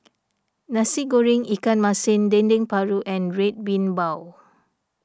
Nasi Goreng Ikan Masin Dendeng Paru and Red Bean Bao